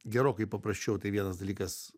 gerokai paprasčiau tai vienas dalykas